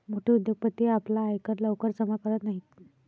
मोठे उद्योगपती आपला आयकर लवकर जमा करत नाहीत